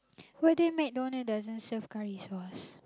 but there McDonald's doesn't serve curry sauce